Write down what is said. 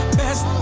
best